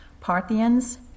Parthians